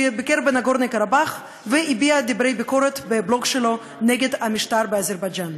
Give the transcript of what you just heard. ביקר בנגורנו-קראבאך והביע דברי ביקורת בבלוג שלו נגד המשטר באזרבייג'ן.